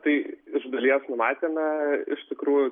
tai iš dalies numatėme iš tikrųjų